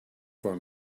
for